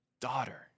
daughter